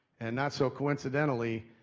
and not so coincidentally,